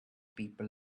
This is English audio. people